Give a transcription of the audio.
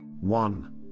One